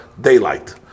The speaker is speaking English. daylight